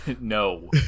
No